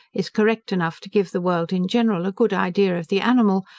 is correct enough to give the world in general a good idea of the animal,